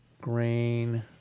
grain